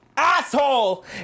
asshole